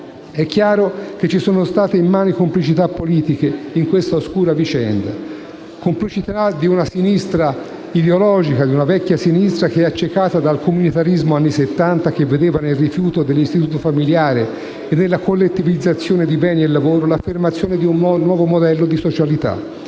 È chiaro che ci sono state immani complicità politiche in questa oscura vicenda; complicità di una vecchia sinistra ideologica, accecata dal comunitarismo anni Settanta, che vedeva nel rifiuto dell'istituto familiare e nella collettivizzazione di beni e lavoro l'affermazione di un nuovo modello di socialità.